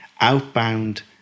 outbound